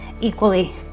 Equally